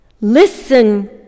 listen